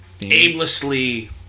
aimlessly